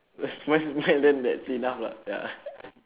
smile smile then that's enough lah ya